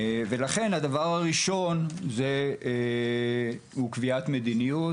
לכן הדבר הראשון שיש לעשות זה קביעת מדיניות.